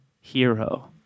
Hero